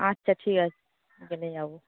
আচ্ছা ঠিক আছে জেনে যাবো